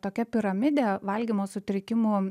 tokia piramidė valgymo sutrikimų